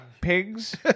Pigs